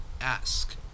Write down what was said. ask